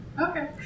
Okay